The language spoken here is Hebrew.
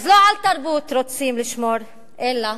אז לא על תרבות רוצים לשמור אלא